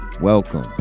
Welcome